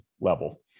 level